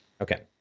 Okay